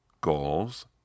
goals